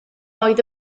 oedd